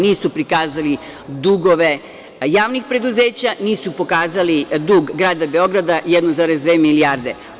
Nisu prikazali dugove javnih preduzeća, nisu pokazali dug grada Beograda 1,2 milijarde.